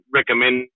recommend